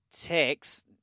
text